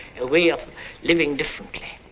a way of living differently.